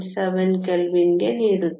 7 ಕೆಲ್ವಿನ್ಗೆ ನೀಡುತ್ತದೆ